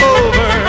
over